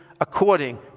according